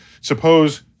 suppose